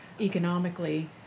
economically